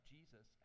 Jesus